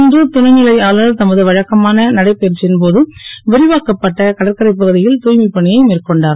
இன்று துணை லை ஆளுநர் தமது வழக்கமான நடை ப ற்சி ன் போது விரிவாக்கப்பட்ட கடற்கரைப் பகு ல் தூ மைப் பணியை மேற்கொண்டார்